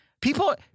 People